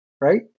right